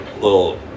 little